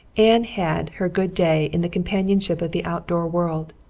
anne had her good day in the companionship of the outdoor world.